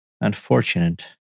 unfortunate